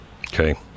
Okay